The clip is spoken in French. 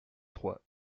trois